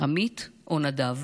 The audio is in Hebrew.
עמית או נדב?